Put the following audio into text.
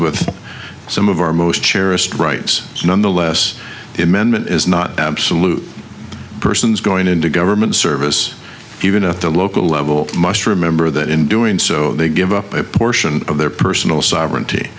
with some of our most cherished rights nonetheless the amendment is not absolute persons going into government service even at the local level must remember that in doing so they give up a portion of their personal sovereignty